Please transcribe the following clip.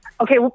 Okay